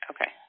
Okay